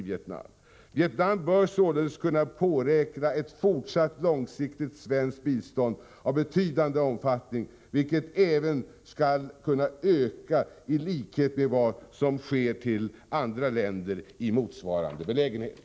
Vietnam bör således kunna påräkna ett fortsatt långsiktigt svenskt bistånd av betydande omfattning, vilket även skall kunna öka i likhet med vad som sker när det gäller bistånd till andra länder i motsvarande belägenhet.